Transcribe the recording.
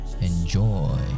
Enjoy